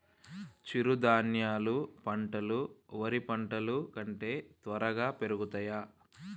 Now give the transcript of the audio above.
చిరుధాన్యాలు పంటలు వరి పంటలు కంటే త్వరగా పెరుగుతయా?